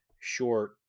short